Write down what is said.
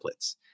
templates